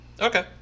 Okay